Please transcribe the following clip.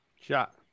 Shot